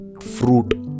Fruit